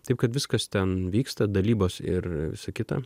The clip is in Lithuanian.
taip kad viskas ten vyksta dalybos ir visa kita